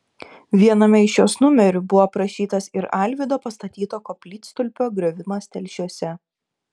viename iš jos numerių buvo aprašytas ir alvydo pastatyto koplytstulpio griovimas telšiuose